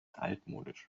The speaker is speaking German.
altmodisch